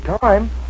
time